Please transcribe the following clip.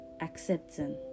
accepting